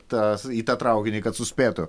tas į tą traukinį kad suspėtų